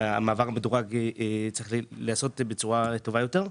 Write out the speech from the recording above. שמעבר מדורג צריך להיעשות בצורה טובה יותר.